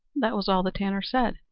that was all the tanner said,